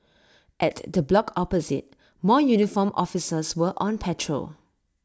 at the block opposite more uniformed officers were on patrol